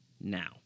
now